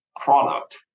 product